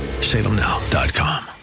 salemnow.com